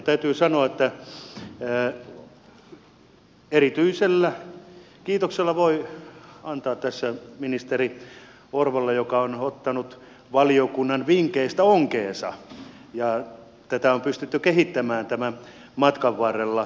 täytyy sanoa että erityisen kiitoksen voi antaa tässä ministeri orvolle joka on ottanut valiokunnan vinkeistä onkeensa ja tätä on pystytty kehittämään tämän matkan varrella